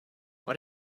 what